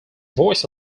voice